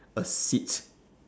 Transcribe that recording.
a seat